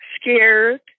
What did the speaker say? Scared